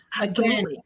again